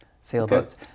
sailboats